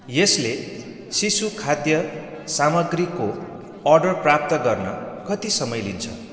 यसले शिशुखाद्य सामग्रीको अर्डर प्राप्त गर्न कति समय लिन्छ